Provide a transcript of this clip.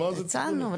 הצענו.